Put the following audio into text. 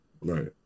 Right